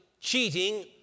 cheating